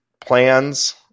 plans